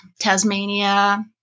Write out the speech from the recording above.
Tasmania